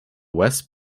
west